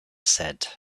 said